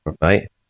Right